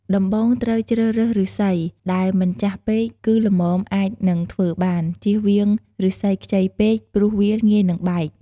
ដំបូង ត្រូវជ្រើសរើសឫស្សី ដែលមិនចាស់ពេក គឺល្មមអាចនឹងធ្វើបាន ជៀសវាងឫស្សីខ្ចីពេក ព្រោះវាងាយនិងបែក។